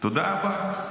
תודה רבה.